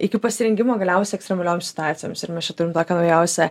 iki pasirengimo galiausiai ekstremalioms situacijoms ir mes čia turim tokią naujausią